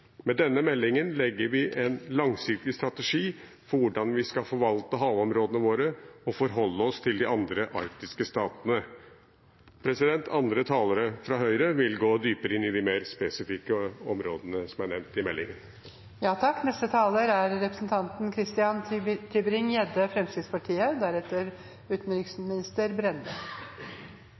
Med denne meldingen legger vi en langsiktig strategi for hvordan vi skal forvalte havområdene våre og forholde oss til de andre arktiske statene. Andre talere fra Høyre vil gå dypere inn i de mer spesifikke områdene som er nevnt i meldingen. Det er